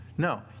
No